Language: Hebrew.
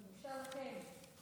זו בושה לכם.